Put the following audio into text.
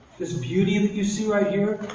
this beauty that you see right here,